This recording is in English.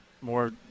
more